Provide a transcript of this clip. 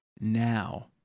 Now